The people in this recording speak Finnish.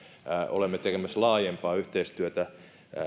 olemme tekemässä laajempaa yhteistyötä